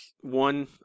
one –